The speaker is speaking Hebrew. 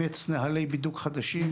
ובשנה ורבע בה החוק הזה חוקק,